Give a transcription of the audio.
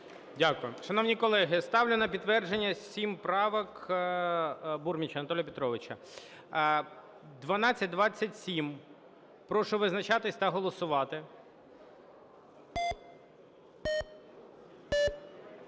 Дякую. Шановні колеги, ставлю на підтвердження 7 правок Бурміча Анатолія Петровича. 1227. Прошу визначатись та голосувати. 12:27:33 За-59